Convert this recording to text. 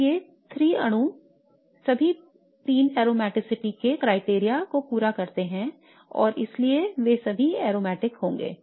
तो ये 3 अणु सभी 3 aromaticiry के मानदंड को पूरा करते हैं और इसलिए वे सभी aromatic होंगे